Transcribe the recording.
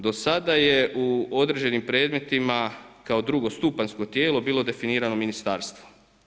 Do sada je u određenim predmetima kao drugostupanjsko tijelo bilo definirano ministarstvo.